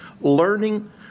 learning